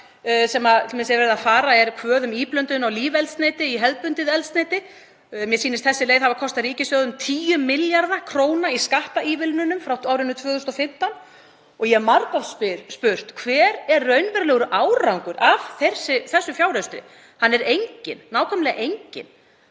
sem t.d. er verið að fara er kvöð um íblöndun á lífeldsneyti í hefðbundið eldsneyti. Mér sýnist að sú leið hafi kostað ríkissjóð um 10 milljarða kr. í skattaívilnunum frá árinu 2015. Ég hef margoft spurt: Hver er raunverulegur árangur af þessum fjáraustri? Hann er enginn, nákvæmlega enginn.